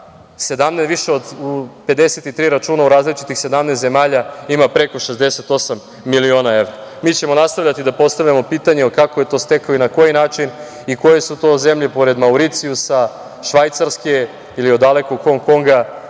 više od 53 računa u različitih 17 zemalja ima preko 68 miliona evra. Mi ćemo nastavljati da postavljamo pitanja kako je to stekao i na koji način i koje su to zemlje pored Mauricijusa, Švajcarske ili od dalekog Hong Konga,